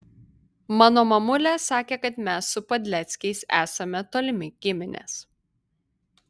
mano mamulė sakė kad mes su padleckiais esame tolimi giminės